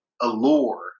allure